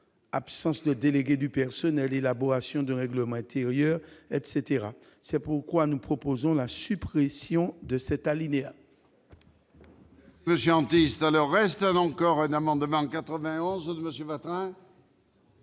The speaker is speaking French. absence de délégués du personnel, élaboration d'un règlement intérieur ... Pour ces raisons, nous proposons la suppression de cet alinéa.